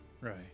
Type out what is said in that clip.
Right